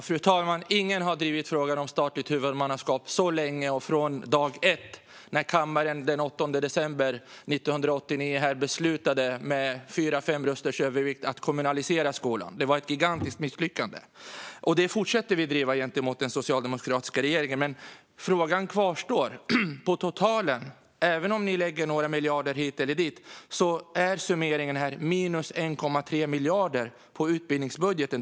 Fru talman! Ingen har drivit frågan om statligt huvudmannaskap så länge som vi. Vi har gjort det från dag ett. Den 8 december 1989 beslutade kammaren med fyra fem rösters övervikt att kommunalisera skolan. Det var ett gigantiskt misslyckande. Vi fortsätter att driva detta gentemot den socialdemokratiska regeringen. Frågan kvarstår. På totalen - även om ni lägger några miljarder hit eller dit - är summeringen minus 1,3 miljarder på utbildningsbudgeten.